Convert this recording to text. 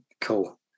cool